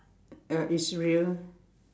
uh Israel